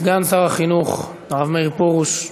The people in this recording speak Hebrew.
סגן שר החינוך הרב מאיר פרוש,